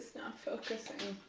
focusing?